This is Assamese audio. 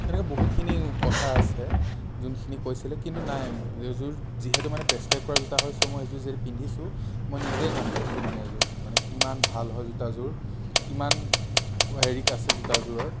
সেনেকে বহুতখিনি কথা আছে যোনখিনি কৈছিলে কিন্তু নাই এইযোৰ যিহেতু মানে প্ৰেছক্ৰাইব কৰা জোতা হয় চ' মই এইযোৰ যদি পিন্ধিছোঁ মই নিজেই গম পাইছোঁ মানে এইযোৰ মানে কিমান ভাল হয় জোতাযোৰ কিমান হেৰি আছে জোতাযোৰৰ